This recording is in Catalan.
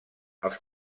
els